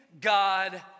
God